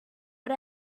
but